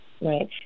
Right